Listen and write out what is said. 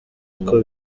uko